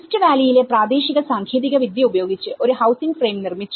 rift വാല്ലിയിലെ പ്രാദേശിക സാങ്കേതിക വിദ്യ ഉപയോഗിച്ച് ഒരു ഹൌസിങ് ഫ്രെയിം നിർമ്മിച്ചു